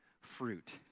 fruit